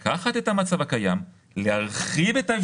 שיש --- מה זה חוק יסוד?